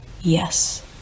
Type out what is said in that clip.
yes